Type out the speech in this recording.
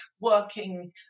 working